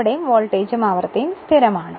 അവിടെ വോൾട്ടേജും ആവൃത്തിയും സ്ഥിരമാണ്